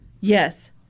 Yes